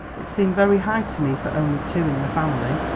it seemed very high to me for only two in the family.